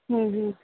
हूं हूं